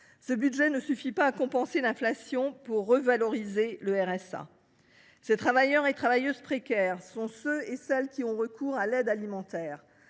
Ce budget ne suffit pas à compenser l’inflation pour revaloriser le RSA. Les travailleurs et travailleuses précaires sont ceux et celles qui ont recours à l’aide alimentaire,